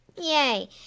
Yay